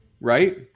Right